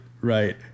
right